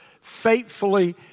faithfully